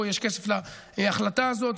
יש פה כסף להחלטה הזאת,